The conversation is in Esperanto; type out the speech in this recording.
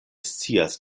scias